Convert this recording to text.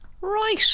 Right